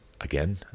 Again